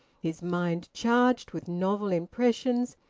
his mind charged with novel impressions,